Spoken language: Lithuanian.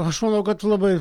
aš manau kad labai